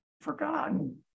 forgotten